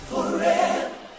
Forever